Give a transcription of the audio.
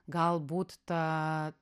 galbūt ta